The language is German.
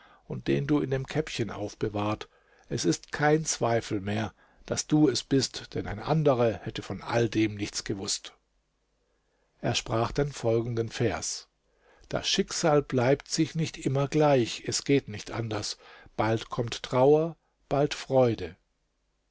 und den du in dem käppchen aufbewahrt es ist kein zweifel mehr daß du es bist denn ein anderer hätte von all dem nichts gewußt er sprach dann folgenden vers das schicksal bleibt sich nicht immer gleich es geht nicht anders bald kommt trauer bald freude